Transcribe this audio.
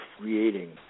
creating